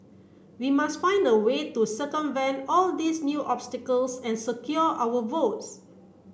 we must find a way to circumvent all these new obstacles and secure our votes